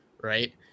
right